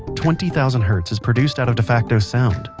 twenty thousand hertz is produced out of defacto sound.